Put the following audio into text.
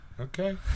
Okay